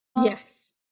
Yes